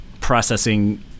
processing